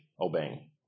obeying